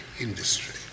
industry